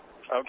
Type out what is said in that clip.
okay